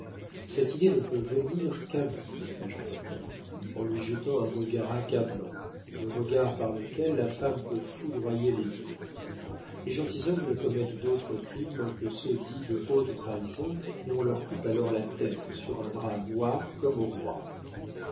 cette idée ne peut venir qu'à vous ajouta-t-elle en lui jetant un regard accablant le regard par lequel la femme peut foudroyer les dieux les gentilshommes ne commettent d'autres crimes que ceux dits de haute trahison et on leur coupe alors la tête sur un drap noir comme aux rois